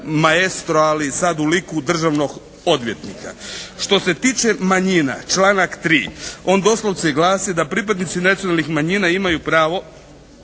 maestro ali sad u liku državnog odvjetnika. Što se tiče manjina članak 3. on doslovce glasi da pripadnici nacionalnih manjina imaju pravo